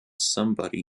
somebody